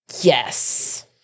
Yes